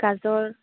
গাজৰ